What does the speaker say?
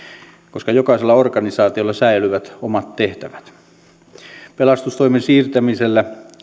koska jokaisella organisaatiolla säilyvät omat tehtävät pelastustoimen siirtämisellä